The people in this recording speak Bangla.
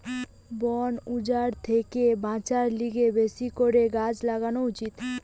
বন উজাড় থেকে বাঁচার লিগে বেশি করে গাছ লাগান উচিত